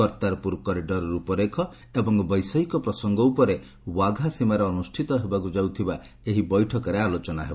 Kartarpur corridor ରୂପରେଖ ଏବଂ ବୈଷୟିକ ପ୍ରସଙ୍ଗ ଉପରେ ୱାଘା ସୀମାରେ ଅନୁଷ୍ଠିତ ହେବାକୁ ଯାଉଥିବା ଏହି ବୈଠକରେ ଆଲୋଚନା ହେବ